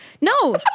No